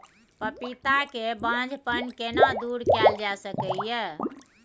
पपीता के बांझपन केना दूर कैल जा सकै ये?